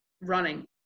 running